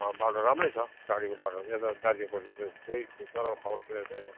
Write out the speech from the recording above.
बाटो राम्रै छ गाडीको बाटो यता दार्जिलिङपट्टितिर खोई नराम्रो खबर सुनेको छैन